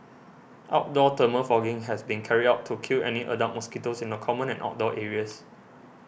outdoor thermal fogging has been carried out to kill any adult mosquitoes in the common and outdoor areas